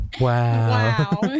Wow